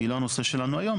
שהיא לא הנושא שלנו היום,